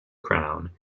crown